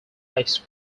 ice